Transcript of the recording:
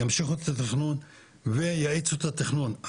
ימשיכו את התכנון ויאיצו את התכנון.